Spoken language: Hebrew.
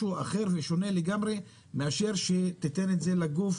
ואחרים לגמרי לעומת מצב בו זה ניתן לגוף,